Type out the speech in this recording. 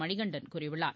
மணிகண்டன் கூறியுள்ளார்